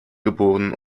geboren